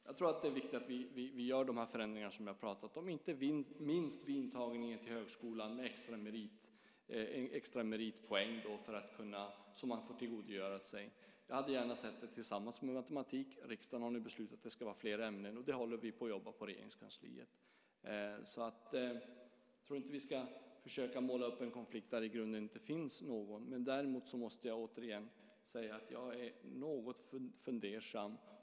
Jag tror att det är viktigt att vi gör de förändringar som jag har talat om, inte minst med extra meritpoäng som man får tillgodogöra sig vid intagningen till högskolan. Jag hade gärna sett att det hade gällt matematik och moderna språk. Men riksdagen har nu beslutat att det ska gälla fler ämnen. Och det håller vi på att jobba med i Regeringskansliet. Vi ska inte försöka måla upp en konflikt där det i grunden inte finns någon. Däremot måste jag återigen säga att jag är något fundersam.